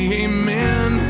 amen